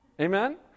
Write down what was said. Amen